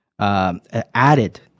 added